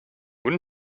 guten